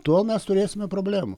tol mes turėsime problemų